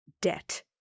Debt